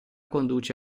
conduce